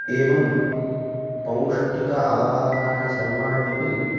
एवं पौष्टिक आहाराणि सर्वाण्यपि